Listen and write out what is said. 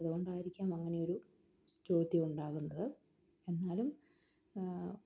അതുകൊണ്ടായിരിക്കാം അങ്ങനെയൊരു ചോദ്യമുണ്ടാകുന്നത് എന്നാലും